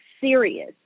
serious